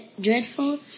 dreadful